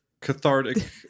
cathartic